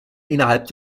innerhalb